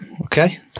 okay